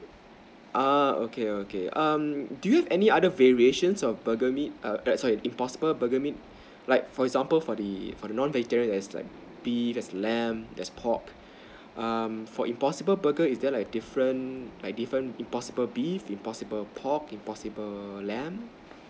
uh okay okay um do you have any other variations of burger meat err sorry impossible burger meat like for example for the for the non vegetarian there's like beef there's lamb there's pork um for impossible burger is there like different like different impossible beef impossible pork impossible lamb